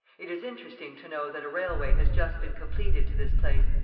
it is interesting to know that a railway has just been completed to this place,